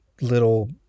little